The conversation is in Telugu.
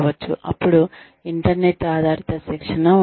అప్పుడు ఇంటర్నెట్ ఆధారిత శిక్షణ ఉండవచ్చు